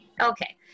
Okay